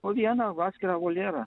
po vieną atskirą voljerą